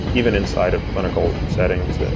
even inside of clinical settings,